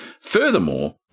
Furthermore